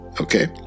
Okay